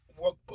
workbook